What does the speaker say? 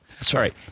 Sorry